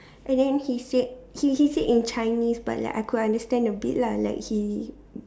and then he said he he said in Chinese but like I could understand a bit lah like he